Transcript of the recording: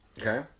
Okay